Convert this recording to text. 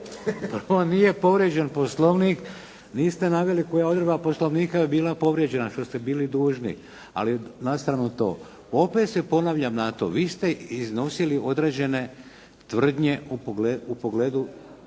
Pa nije povrijeđen Poslovnik. Niste naveli koja odredba Poslovnika je bila povrijeđena što ste bili dužni. Ali na stranu to. Opet se ponavljam na to. Vi ste iznosili određene tvrdnje u pogledu